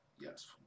Yes